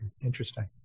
Interesting